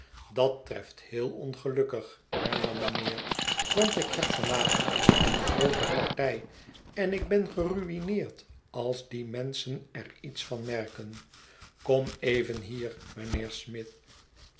was dattreft heel ongelukkig hernam meneer want ik heb van avond een groote party en ik ben geruineerd als die menschen er iets van merken k om even hier mijnheer smith